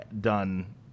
done